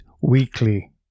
weekly